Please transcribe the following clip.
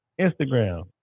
Instagram